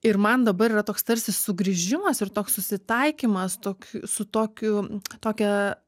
ir man dabar yra toks tarsi sugrįžimas ir toks susitaikymas tok su tokiu tokia